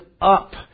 up